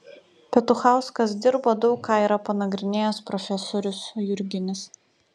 petuchauskas dirbo daug ką yra panagrinėjęs profesorius jurginis